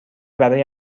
برای